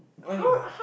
when you